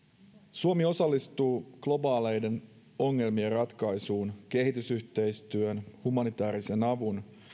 suomi osallistuu globaaleiden ongelmien ratkaisuun kehitysyhteistyön humanitäärisen avun